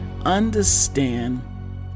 understand